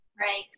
Right